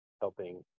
helping